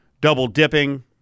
double-dipping